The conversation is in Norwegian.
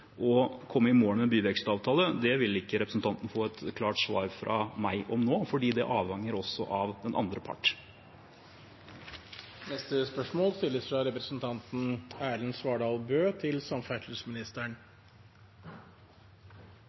å komme i mål med byvekstavtale, vil ikke representanten få et klart svar fra meg om det nå, for det avhenger også av den andre part. «I Nasjonal transportplan er det satt av 10 milliarder kroner til